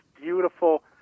beautiful